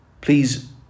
Please